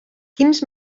quins